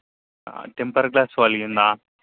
temper glass పగిలిందా